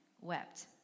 wept